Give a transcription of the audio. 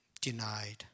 denied